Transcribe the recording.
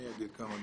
אני אגיד כמה דברים.